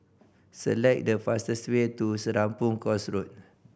select the fastest way to Serapong Course Road